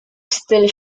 still